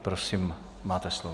Prosím, máte slovo.